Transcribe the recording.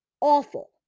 awful